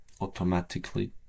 automatically